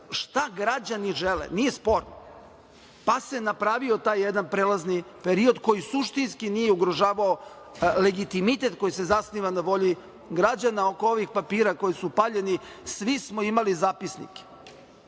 šta građani žele, nije sporno, pa se napravio taj jedan prelazni period koji suštinski nije ugrožavao legitimitet koji se zasniva na volji građana. Oko ovih papira koji su paljeni, svi smo imali zapisnike,